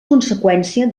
conseqüència